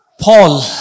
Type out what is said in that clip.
Paul